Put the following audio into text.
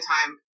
time